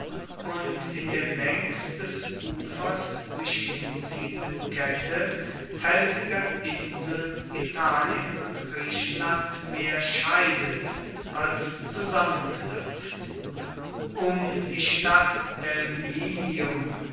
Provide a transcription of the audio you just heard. und in der längs des ufers sich hinziehenden kette felsiger inseln italien und griechenland mehr scheidet als zusammenknüpft um die stadt